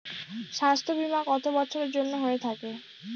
স্বাস্থ্যবীমা কত বছরের জন্য হয়ে থাকে?